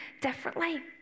differently